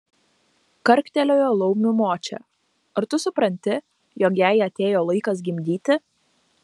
karktelėjo laumių močia ar tu supranti jog jai atėjo laikas gimdyti